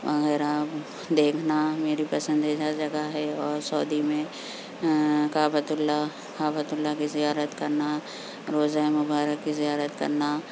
وغیرہ دیکھنا میری پسندیدہ جگہ ہے اور سعودی میں کعبۃ اللہ کعبۃ اللہ کی زیارت کرنا روضہ مبارک کی زیارت کرنا